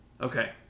okay